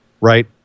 right